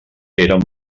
eren